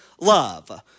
love